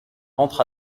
entre